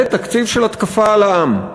זה תקציב של התקפה על העם,